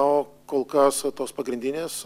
o kol kas va tos pagrindinės